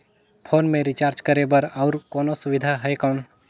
Phone मे recharge करे बर और कोनो सुविधा है कौन?